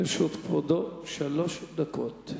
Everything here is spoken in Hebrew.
לרשות כבודו שלוש דקות.